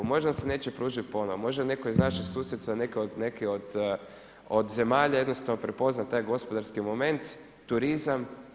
Možda nam se neće pružiti ponovno, možda netko iz naših susjedstva, neki od zemalja jednostavno prepozna taj gospodarski moment, turizam.